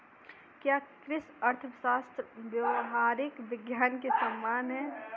क्या कृषि अर्थशास्त्र व्यावहारिक विज्ञान के समान है?